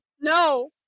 No